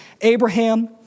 Abraham